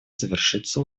завершится